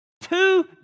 Two